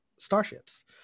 starships